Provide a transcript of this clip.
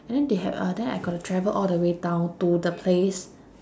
and then they had uh then I got to travel all the way down to the place